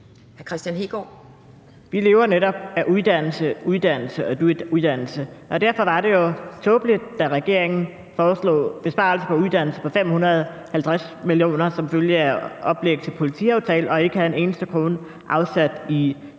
Vi lever netop af uddannelse, uddannelse og uddannelse, og derfor var det jo tåbeligt, da regeringen foreslog besvarelser på uddannelse på 550 mio. kr. som følge af oplægget til politiaftalen og ikke havde afsat en eneste krone ekstra